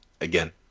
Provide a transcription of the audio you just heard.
again